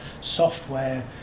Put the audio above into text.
software